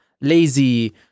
lazy